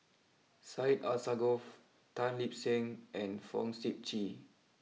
Syed Alsagoff Tan Lip Seng and Fong Sip Chee